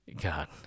God